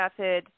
Method